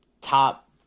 top